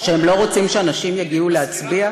שהם לא רוצים שאנשים יגיעו להצביע?